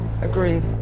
agreed